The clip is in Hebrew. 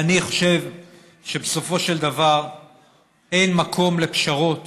אני חושב שבסופו של דבר אין מקום לפשרות